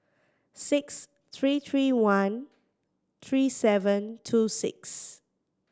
six three three one three seven two six